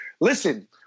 listen